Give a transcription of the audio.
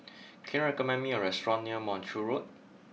can you recommend me a restaurant near Montreal Road